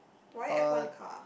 why f-one car